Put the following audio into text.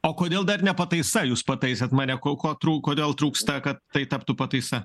o kodėl dar ne pataisa jūs pataisėt mane ko ko trūko dėl trūksta kad tai taptų pataisa